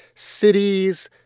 cities,